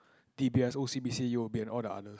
d_b_s o_c_b_c u_o_b and all the others